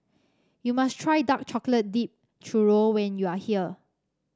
you must try Dark Chocolate Dipped Churro when you are here